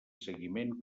seguiment